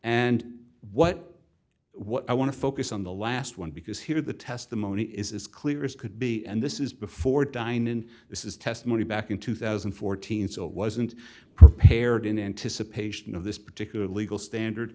and what what i want to focus on the last one because here the testimony is clear is could be and this is before dinon this is testimony back in two thousand and fourteen so it wasn't prepared in anticipation of this particular legal standard